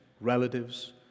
relatives